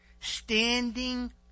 standing